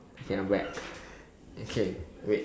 okay I'm back okay wait